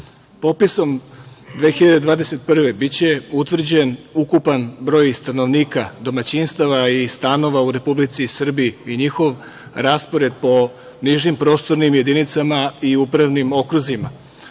popisom 2021. godine biće utvrđen ukupan broj stanovnika, domaćinstava i stanova u Republici Srbiji i njihov raspored po nižim prostornim jedinicama i upravnim okruzima.